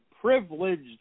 privileged